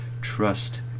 Trust